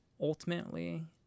ultimately